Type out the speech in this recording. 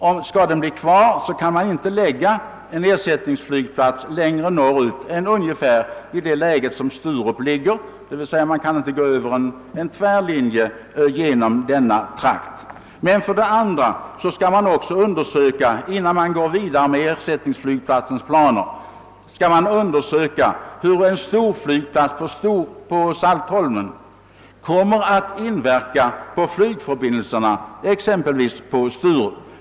Om så blir fallet, kan man inte lägga en <ersättningsflygplats längre norrut än Sturup. Vidare skall man emellertid också, innan man går längre i planeringen av en ersättningsflygplats, undersöka hur en storflygplats på Saltholm kommer att inverka på flygförbindelserna på exempelvis Sturup.